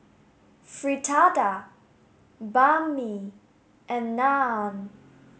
Fritada Banh Mi and Naan